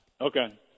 Okay